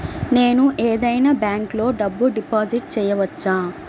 నేను ఏదైనా బ్యాంక్లో డబ్బు డిపాజిట్ చేయవచ్చా?